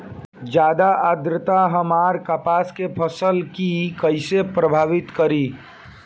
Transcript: ज्यादा आद्रता हमार कपास के फसल कि कइसे प्रभावित करी?